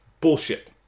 Bullshit